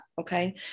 okay